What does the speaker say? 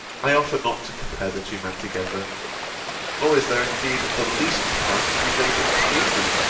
i offer not to compare the two men together nor is there indeed the least comparison to be made between them.